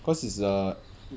cause is a